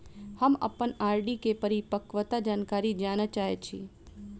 हम अप्पन आर.डी केँ परिपक्वता जानकारी जानऽ चाहै छी